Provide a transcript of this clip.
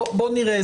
בוא נראה.